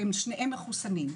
ושניהם מחוסנים,